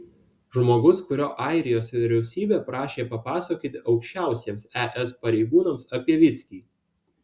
žmogus kurio airijos vyriausybė prašė papasakoti aukščiausiems es pareigūnams apie viskį